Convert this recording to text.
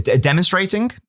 demonstrating